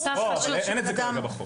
כרגע אין את זה בחוק.